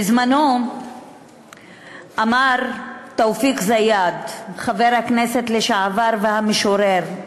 בזמנו אמר תופיק זיאד, חבר הכנסת לשעבר והמשורר,